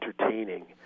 entertaining